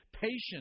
patience